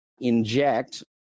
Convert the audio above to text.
inject